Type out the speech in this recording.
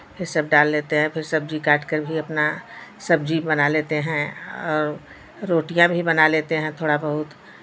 ये सब डाल लेते हैं फिर सब्जी काट कर भी अपना सब्जी बना लेते हैं और रोटियाँ भी बना लेते हैं थोड़ा बहुत